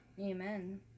Amen